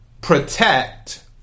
protect